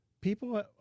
people